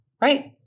right